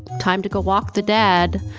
time to go walk the dad,